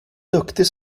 duktig